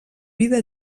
vida